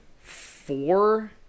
four